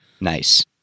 Nice